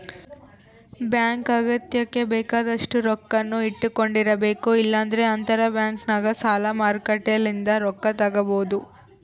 bank ಅಗತ್ಯಕ್ಕ ಬೇಕಾದಷ್ಟು ರೊಕ್ಕನ್ನ ಇಟ್ಟಕೊಂಡಿರಬೇಕು, ಇಲ್ಲಂದ್ರ ಅಂತರಬ್ಯಾಂಕ್ನಗ ಸಾಲ ಮಾರುಕಟ್ಟೆಲಿಂದ ರೊಕ್ಕ ತಗಬೊದು